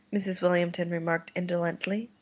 mrs. wilmington remarked indolently.